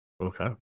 Okay